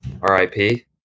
RIP